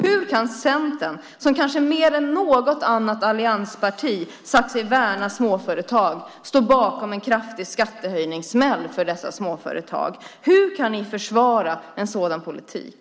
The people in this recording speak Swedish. Hur kan Centern, som kanske mer än något annat alliansparti sagt sig värna småföretag, stå bakom en kraftig skattehöjningssmäll för dessa småföretag? Hur kan ni försvara en sådan politik?